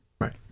Right